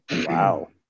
Wow